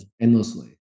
endlessly